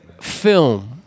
film